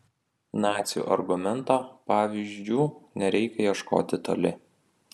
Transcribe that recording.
nacių argumento pavyzdžių nereikia ieškoti toli